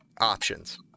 options